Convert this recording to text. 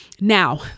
now